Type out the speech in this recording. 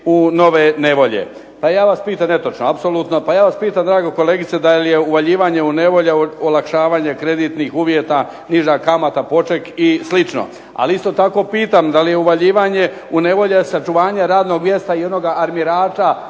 u nove nevolje. Apsolutno netočno. Pa ja vas pitam draga kolegice da li je uvaljivanje u nevolje olakšavanje kreditnih uvjeta, niža kamata, poček i slično. Ali isto tako pitam da li je uvaljivanje u nevolje i sačuvanje radnog mjesta i onoga armirača,